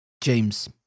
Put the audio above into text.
James